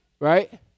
right